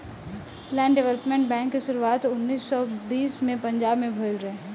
land development bank के शुरुआत उन्नीस सौ बीस में पंजाब में भईल रहे